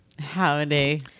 Howdy